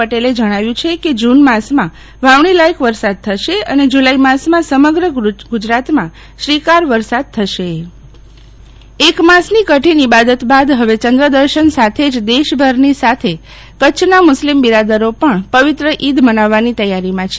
પટેલે જણાવ્યું છે કે જૂન માસમાં વાવણીલાયક વરસાદ થશે અને જુલાઇ માસમાં સમગ્ર ગુજરાતમાં શ્રીકાર વરસાદ થશે શીતલ વૈશ્નવ મજાન દ એક માસની કઠિન ઈબાદત બાદ ફવે ચંદ્રદર્શન સાથે જ દેશભરની સાથે કરછના મુસ્લિમ બિરાદેશ પણ પવિત્ર ઈદ મનાવવાની તૈયારીમાં છે